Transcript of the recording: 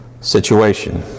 situation